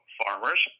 farmers